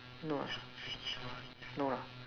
no no lah